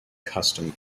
custom